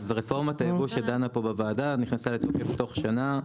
אז רפורמת הייבוא שדנה פה בוועדה נכנסה לתוקף בתוך שנה,